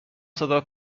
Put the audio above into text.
صدا